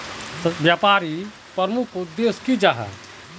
व्यापारी प्रमुख उद्देश्य की जाहा?